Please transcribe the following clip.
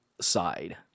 side